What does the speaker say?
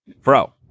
Fro